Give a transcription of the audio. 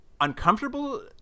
uncomfortable